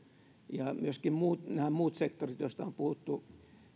ja myöskin nämä muut sektorit joista on puhuttu